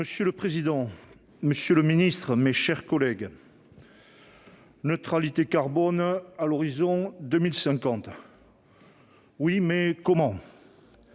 Monsieur le président, monsieur le ministre, mes chers collègues, la neutralité carbone à l'horizon 2050 : oui, mais comment ?